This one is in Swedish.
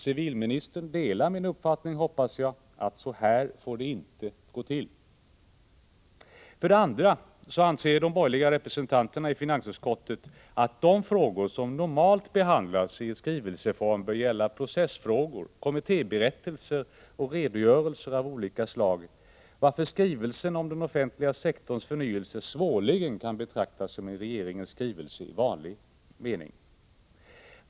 Civilministern delar min uppfattning, hoppas jag, att det inte får gå till så här. För det andra anser de borgerliga representanterna i finansutskottet att de frågor som normalt behandlas i skrivelseform bör gälla processfrågor, kommittéberättelser och redogörelser av olika slag, varför skrivelsen om den offentliga sektorns förnyelse svårligen kan betraktas som en regeringens skrivelse i vanlig mening.